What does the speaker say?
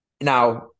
Now